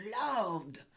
loved